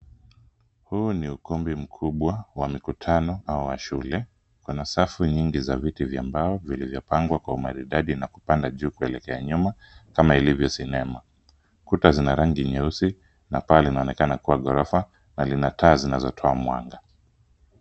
Huu ni ukumbi mkubwa wa mikutano au wa shule. Kuna safu nyingi za viti vya mbao vilivyopangwa kwa umaridadi na kupanda juu kuelekea nyuma kama ilivyo sinema. Kuta zina rangi nyeusi na paa linaonekana kuwa ghorofa na lina taa zinazotoa mwanga.